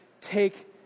take